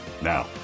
Now